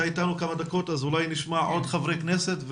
אתה איתנו כמה דקות אז אולי נשמע עוד חברי כנסת.